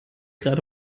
gerade